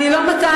אני לא מטעה,